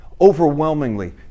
overwhelmingly